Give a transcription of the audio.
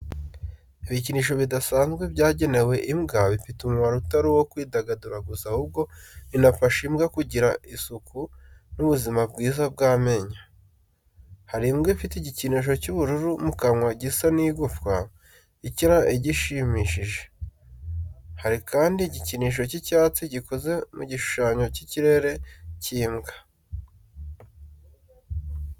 Ibikinisho bidasanzwe byagenewe imbwa bifite umumaro utari uwo kwidagadura gusa ahubwo binafasha imbwa kugira isuku n’ubuzima bwiza bw’amenyo. Hari imbwa ifite igikinisho cy'ubururu mu kanwa gisa n’igufwa ikina igishimishije. Hari kandi igikinisho cy'icyatsi gikoze mu gishushanyo cy'ikirenge cy'imbwa.